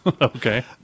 Okay